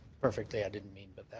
perfectly, i didn't mean but that,